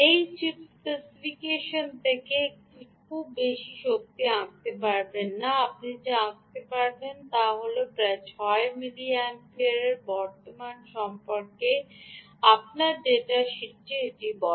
এই chip specification থেকে একটি আপনি খুব বেশি শক্তি আঁকতে পারবেন না আপনি যা আঁকতে পারেন তা কেবল প্রায় 6 মিলিয়্যাম্পিয়ারের বর্তমান সম্পর্কে আবার ডেটা শিটটি এটি বলে